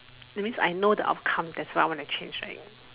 that means I know the outcome that's why I want to change right